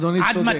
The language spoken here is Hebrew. אדוני צודק.